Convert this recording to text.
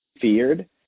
feared